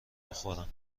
بخورم